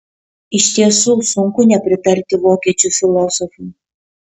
iš tiesų sunku nepritarti vokiečių filosofui